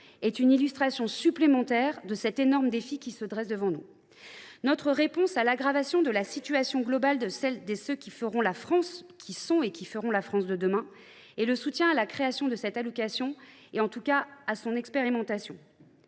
et cela illustre le défi énorme qui se dresse devant nous. Notre réponse à l’aggravation de la situation globale de ceux qui sont et qui feront la France de demain est le soutien à la création de cette allocation ou, à tout le moins, à son expérimentation,